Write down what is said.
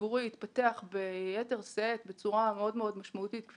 הציבורי התפתח ביתר שאת ובצורה מאוד מאוד משמעותית בעשור האחרון,